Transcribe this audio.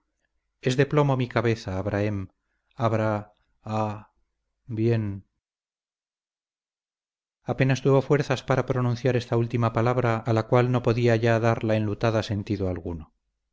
es de plomo mi cabeza abrahem abrah ah bien apenas tuvo fuerzas para pronunciar esta última palabra a la cual no podía ya dar la enlutada sentido alguno